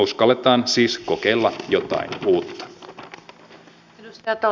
uskalletaan siis kokeilla jotain uutta